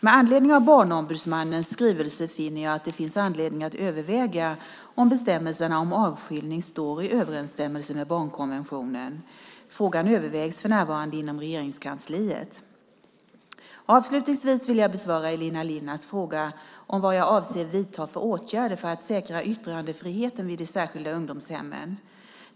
Med anledning av Barnombudsmannens skrivelse finner jag att det finns anledning att överväga om bestämmelserna om avskiljning står i överensstämmelse med barnkonventionen. Frågan övervägs för närvarande inom Regeringskansliet. Avslutningsvis vill jag besvara Elina Linnas fråga vad jag avser att vidta för åtgärder för att säkra yttrandefriheten vid de särskilda ungdomshemmen.